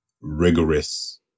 rigorous